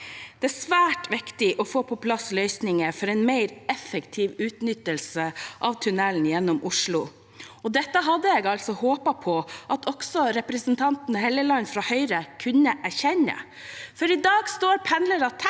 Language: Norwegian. Det er svært viktig å få på plass løsninger for en mer effektiv utnyttelse av tunnelen gjennom Oslo, og dette hadde jeg håpet på at også representanten Trond Helleland fra Høyre kunne erkjenne. I dag står pendlere